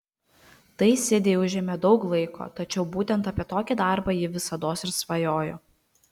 tai sidei užėmė daug laiko tačiau būtent apie tokį darbą ji visados ir svajojo